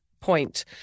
point